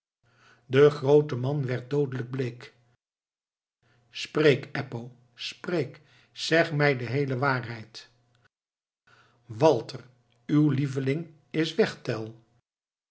de groote man werd doodelijk bleek spreek eppo spreek zeg mij de heele waarheid walter uw lieveling is weg tell